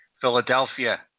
Philadelphia